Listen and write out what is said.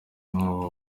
n’uwa